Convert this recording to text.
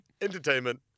Entertainment